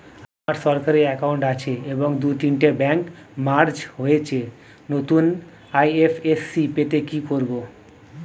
আমার সরকারি একাউন্ট আছে এবং দু তিনটে ব্যাংক মার্জ হয়েছে, নতুন আই.এফ.এস.সি পেতে কি করব?